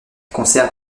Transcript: conserve